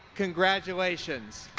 congratulations!